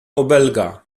obelga